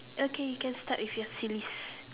okay you can start with your series